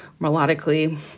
melodically